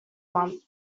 month